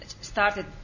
started